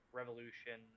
revolution